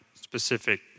specific